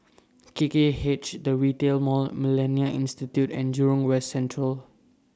K K H The Retail Mall Millennia Institute and Jurong West Central